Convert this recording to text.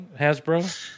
Hasbro